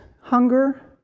hunger